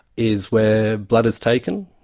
is where blood is taken,